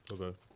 Okay